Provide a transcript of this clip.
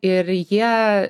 ir jie